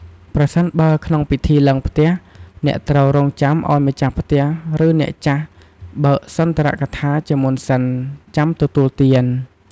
ប្រសិនបើក្នុងពិធីឡើងផ្ទះ អ្នកត្រូវរងចាំឲ្យម្ចាស់ផ្ទះ ឬអ្នកចាស់បើកសុន្ទរកថាជាមុនសិន ចាំទទួលទាន។